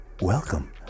welcome